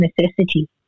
necessity